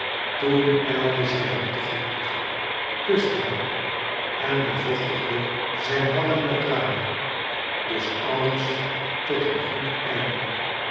toen ijlde zij hem te gemoet kuste hem en bevochtigde zijn wangen met tranen dus alles tot een goed einde